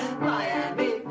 Miami